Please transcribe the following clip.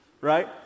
right